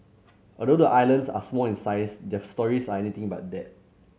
although the islands are small in size their stories are anything but that